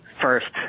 first